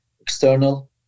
external